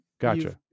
Gotcha